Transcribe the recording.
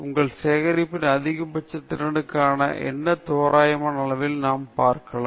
உங்கள் சேகரிப்பின் அதிகபட்ச திறனுக்காக என்ன தோராயமான அளவில் நாம் பார்க்கலாமா